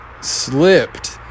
slipped